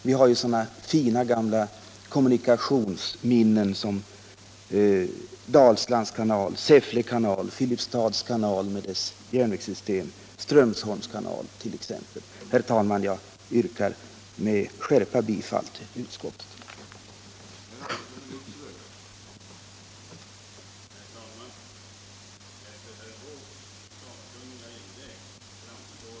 Vi har ju sådana fina gamla kommunikationsminnen som Dalslands kanal, Säffle kanal, Filipstads kanal med särskilt järnvägssystem och Strömsholms kanal. Herr talman! Jag yrkar med skärpa bifall till utskottets hemställan.